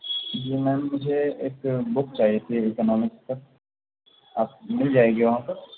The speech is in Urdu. جی میم مجھے ایک بک چاہئے تھی اکنامکس پر آپ مل جائے گی وہاں پر